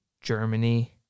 Germany